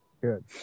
good